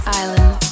island